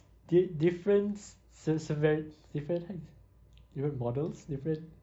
di~ difference se~ severi~ different how you say different models different